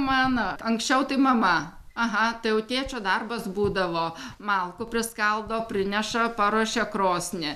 mano anksčiau tai mama aha tai jau tėčio darbas būdavo malkų priskaldo prineša paruošia krosnį